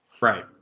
Right